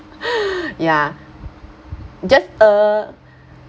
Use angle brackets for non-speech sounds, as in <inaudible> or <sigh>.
<laughs> ya just uh